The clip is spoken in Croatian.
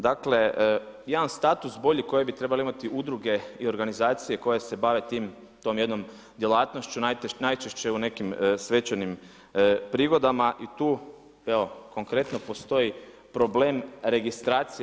Dakle, jedan status bolji koji bi trebale imati udruge i organizacije koje se bave tom jednom djelatnošću najčešće u nekim svečanim prigodama i tu evo konkretno postoji problem registracije.